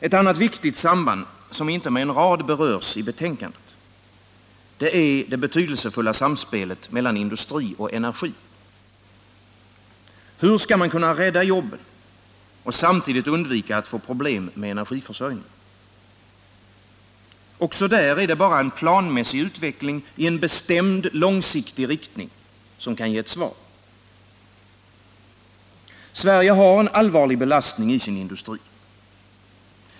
Ett annat viktigt samband, som inte med en rad berörs i betänkandet, är det betydelsefulla samspelet mellan industri och energi. Hur skall man rädda jobben och samtidigt undvika att få problem med energiförsörjning? Också där är det bara en planmässig utveckling i en bestämd långsiktig riktning som kan ge ett svar. Sverige har en allvarlig belastning i sin industri.